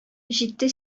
җитте